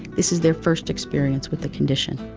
this is their first experience with the condition.